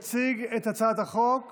יציג את הצעת החוק